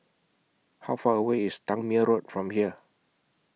How Far away IS Tangmere Road from here